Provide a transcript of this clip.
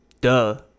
duh